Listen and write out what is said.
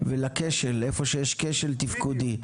לפריפריה ולכשל, איפה שיש כשל תפקודי.